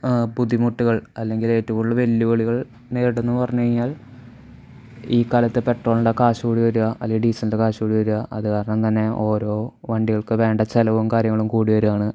ബുദ്ധിമുട്ടുകൾ അല്ലെങ്കിൽ ഏറ്റവും കൂടുതൽ വെല്ലുവിളികൾ നേരിടുന്നുവെന്ന് പറഞ്ഞുകഴിഞ്ഞാൽ ഈ കാലത്ത് പെട്രോളിൻ്റെ കാശുകൂടിവരിക അല്ലെങ്കിൽ ഡീസലിൻ്റെ കാശുകൂടിവരിക അതുകാരണം തന്നെ ഓരോ വണ്ടികൾക്ക് വേണ്ട ചിലവും കാര്യങ്ങളും കൂടിവരികയാണ്